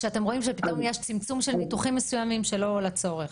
כשאתם רואים שפתאום יש צמצום של ניתוחים מסוימים שלא לצורך?